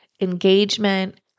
engagement